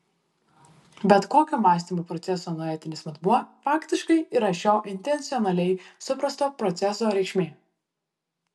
bet kokio mąstymo proceso noetinis matmuo faktiškai yra šio intencionaliai suprasto proceso reikšmė